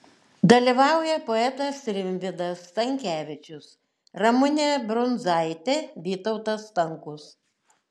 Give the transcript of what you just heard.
dalyvauja poetas rimvydas stankevičius ramunė brundzaitė vytautas stankus